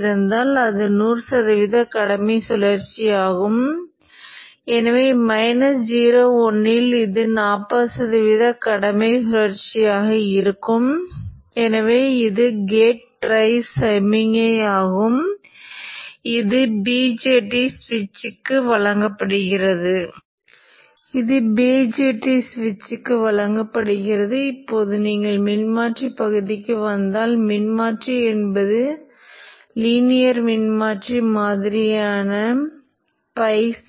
இப்போது பக் மாற்றி எவ்வாறு இயங்குகிறது என்பதை நமக்குத் தெரிந்த சில முக்கியமான அலை வடிவங்களை கொண்டு பார்க்கலாம் பின்னர் பக் மாற்றிக்கு நாம் விவாதித்ததைப் போலவே பக் மாற்றிக்கு துருவ மின்னழுத்தம் எப்படி இருக்கும் என்பது